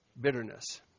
bitterness